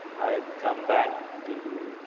i'd come back to,